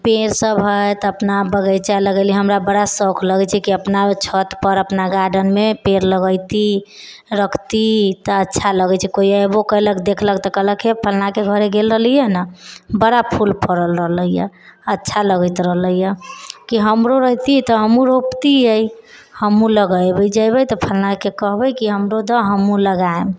पेड़ सभ हइ तऽ अपना बगैचा लगैली हमरा बड़ा सौख लगैत छै कि अपना छत पर अपना गार्डेनमे पेड़ लगैती रखती तऽ अच्छा लगैत छै केओ ऐबो केलक देखलक तऽ कहलक हे फलनाके घरे गेल रहलीहँ ने बड़ा फूल फड़ल रहलैया अच्छा लगैत रहलैया कि हमरो रहतियै तऽ हमहुँ रोपतियै हमहुँ लगेबै जेबै तऽ फलनाके कहबै कि हमरो दऽ हमहुँ लगायब